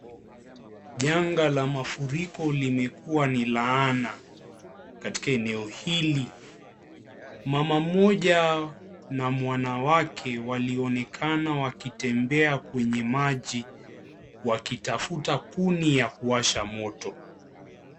Janga la mafuriko limekuwa ni laana katika eneo hili . Mwanamke mmoja na mwanawake wanaonekana wakitembea kwenye maji wakitafuta kuni ya kuwasha moto .